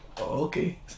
Okay